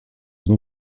się